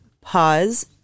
pause